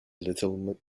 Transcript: little